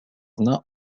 not